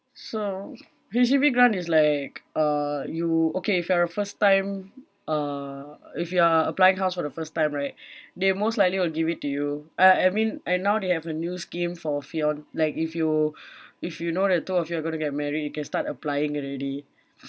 so H_D_B grant is like uh you okay if you're a first time uh if you are applying house for the first time right they most likely will give it to you uh I mean uh now they have a new scheme for fian~ like if you if you know the two of you are going to get married you can start applying already